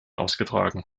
ausgetragen